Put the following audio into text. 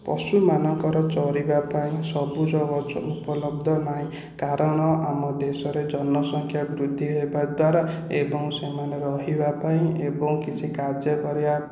ପଶୁମାନଙ୍କର ଚରିବା ପାଇଁ ସବୁଜ ଗଛ ଉପଲବ୍ଧ ନାହିଁ କାରଣ ଆମ ଦେଶରେ ଜନସଂଖ୍ୟା ବୃଦ୍ଧି ହେବାଦ୍ୱାରା ଏବଂ ସେମାନେ ରହିବାପାଇଁ ଏବଂ କିଛି କାର୍ଯ୍ୟ କରିବା ପାଇଁ